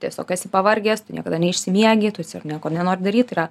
tiesiog esi pavargęs tu niekada neišsimiegi tu nieko nenori daryt yra